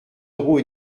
euros